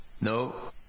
No